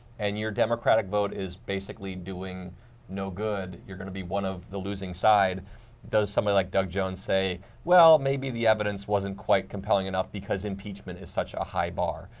and democratic vote is basically doing no good, you are going to be one of the losing side does somebody like doug jones say well maybe the evidence wasn't quite compelling enough because impeachment is such a high bar.